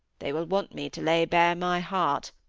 they will want me to lay bare my heart.